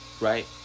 right